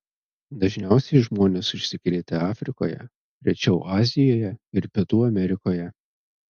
dažniausiai žmonės užsikrėtė afrikoje rečiau azijoje ir pietų amerikoje